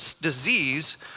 disease